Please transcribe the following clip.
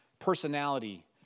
personality